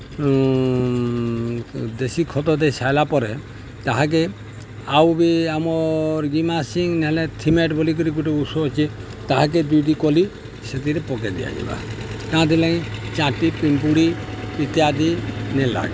ଦେଶୀ ଖତ ଦେଇ ସାର୍ଲା ପରେ ତାହାକେ ଆଉ ବି ଆମର୍ ଗେମାକ୍ସିଂ ନହେଲେ ଥିମେଟ୍ ବୋଲିକିରି ଗୁଟେ ଉଷୋ ଅଛେ ତାହାକେ ଦୁଇ ଦୁଇ କଲି ସେଥିରେ ପକେଇ ଦିଆଯିବା କାଁ ଥିର୍ଲାଗି ଚାଟି ପିମ୍ପୁଡ଼ି ଇତ୍ୟାଦି ନେ ଲାଗେ